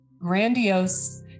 grandiose